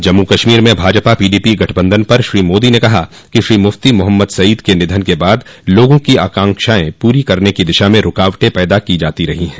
जम्मू कश्मीर में भाजपा पीडीपो गठबंधन पर श्री मोदी ने कहा कि श्री मुफ्ती मोहम्मद सईद के निधन के बाद लोगों की आकांक्षाएं पूरी करने की दिशा में रूकावटें पैदा की जाती रही हैं